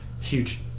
huge